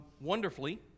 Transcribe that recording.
wonderfully